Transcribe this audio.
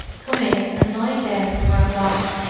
come in and lie down for awhile,